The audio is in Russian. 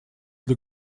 для